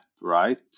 right